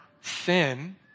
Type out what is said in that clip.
sin